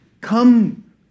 come